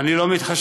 אני לא מתחשבן,